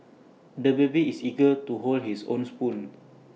the baby is eager to hold his own spoon